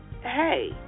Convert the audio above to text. hey